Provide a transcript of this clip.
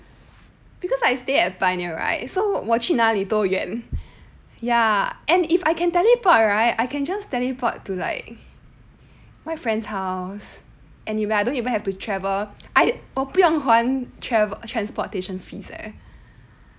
because I stay at pioneer right so 我去哪里都远 ya and if I can teleport right I can just teleport to like my friend's house and I don't even have to travel 我不用还 transportation fees eh